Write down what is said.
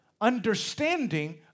understanding